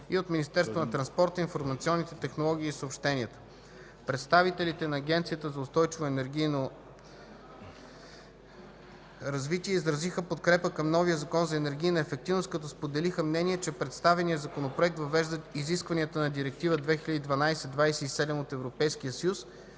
информационните, технологии и съобщенията. Представителите на Агенцията за устойчиво енергийно развитие изразиха подкрепа към новия Закон за енергийна ефективност, като споделиха мнение, че представеният законопроект въвежда изискванията на Директива 2012/27 ЕС от гледна точка